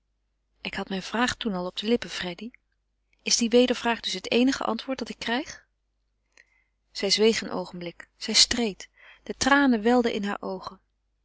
ik had mijn vraag toen al op de lippen freddy is die wedervraag dus het eenige antwoord dat ik krijg zij zweeg een oogenblik zij streed de tranen welden in haar oogen